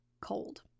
cold